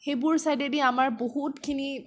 সেইবোৰ ছাইডেদি আমাৰ বহুতখিনি